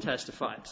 testified